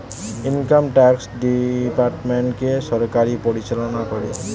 income tax ডিপার্টমেন্টকে সরকার পরিচালনা করে